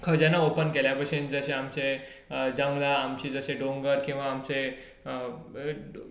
खजाना ओपून केल्ल्या भशेन जशें आमचीं जंगलां आमचे जशे दोंगर किंवा आमचे